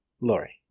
Lori